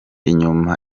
inyuma